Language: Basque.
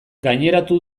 gaineratu